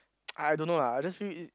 I I don't know lah I just feel it